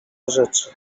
rzeczy